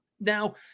Now